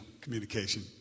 communication